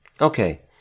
Okay